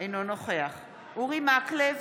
אינו נוכח אורי מקלב,